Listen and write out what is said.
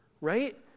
Right